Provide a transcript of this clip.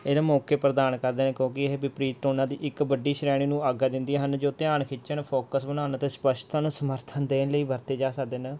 ਇਹਦਾ ਮੌਕੇ ਪ੍ਰਦਾਨ ਕਰਦੇ ਨੇ ਕਿਉਂਕਿ ਇਹ ਵਿਪ੍ਰੀਤ ਉਹਨਾਂ ਦੀ ਇੱਕ ਵੱਡੀ ਸ਼੍ਰੇਣੀ ਨੂੰ ਆਗਿਆ ਦਿੰਦੀਆਂ ਹਨ ਜੋ ਧਿਆਨ ਖਿੱਚਣ ਫੋਕਸ ਬਣਾਉਣ ਅਤੇ ਸਪਸ਼ਟਨ ਸਮਰਥਨ ਦੇਣ ਲਈ ਵਰਤੇ ਜਾ ਸਕਦੇ ਨੇ